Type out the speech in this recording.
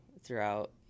throughout